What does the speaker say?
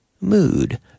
mood